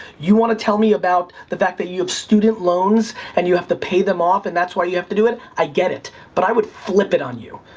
you want to tell me about the fact that you have student loans and you have to pay them off, and that's why you have to do it, i get it. but i would flip it on you.